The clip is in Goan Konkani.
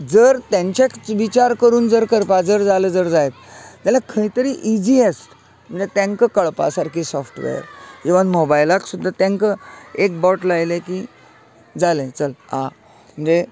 जर तेंचेच विचार करून जर करपा जर जालें जर जायत जाल्यार खंय तरी इजीयेस म्हणल्या तेंका कळपा सारकी साॅफ्टवेर इवन मोबायलाक सुद्दां तेंका एक बोट लायलें की जालें चल आं म्हणजे